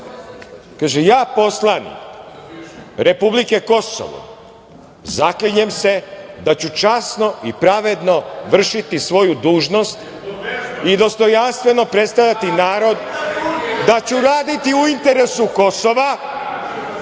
ja, poslanik republike Kosovo, zaklinjem se da ću časno i pravedno vršiti svoju dužnost i dostojanstveno predstavljati narod, da ću raditi u interesu Kosova